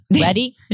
Ready